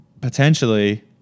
potentially